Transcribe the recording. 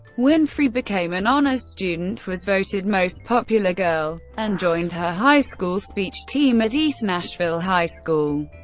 winfrey became an honors student, was voted most popular girl, and joined her high school speech team at east nashville high school,